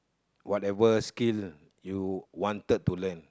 whatever skill you wanted to learn